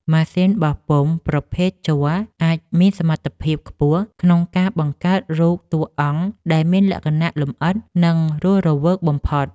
ម៉ាស៊ីនបោះពុម្ពប្រភេទជ័រអាចមានសមត្ថភាពខ្ពស់ក្នុងការបង្កើតរូបតួអង្គដែលមានលក្ខណៈលម្អិត និង រស់រវើកបំផុត។